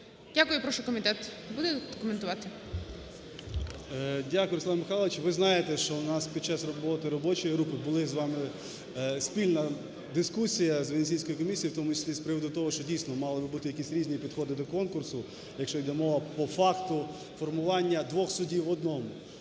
Дякую. Прошу комітет, будете коментувати? 10:58:19 КНЯЗЕВИЧ Р.П. Дякую, Руслан Михайлович. Ви знаєте, що у нас під час роботи робочої групи була з вами спільна дискусія з Венеційської комісією, в тому числі з приводу того, що, дійсно, мали би бути якісь різні підходи до конкурсу, якщо йде мова по факту формування двох судів в одному.